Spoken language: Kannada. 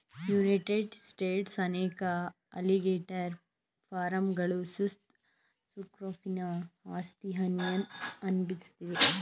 ಯುನೈಟೆಡ್ ಸ್ಟೇಟ್ಸ್ನ ಅನೇಕ ಅಲಿಗೇಟರ್ ಫಾರ್ಮ್ಗಳು ಸುಸ್ ಸ್ಕ್ರೋಫನಿಂದ ಆಸ್ತಿ ಹಾನಿಯನ್ನು ಅನ್ಭವ್ಸಿದೆ